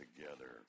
together